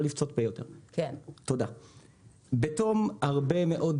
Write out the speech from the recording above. מאוד מאוד